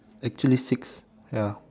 actually six ya